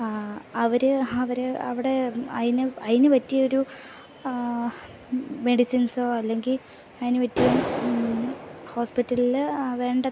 ആ അവർ അവർ അവിടെ അതിന് അതിന് പറ്റിയ ഒരു ആ മെഡിസിൻസോ അല്ലെങ്കിൽ അതിന് പറ്റിയ നിങ്ങൾ അതിന് ഹോസ്പിറ്റലിൽ ആ വേണ്ട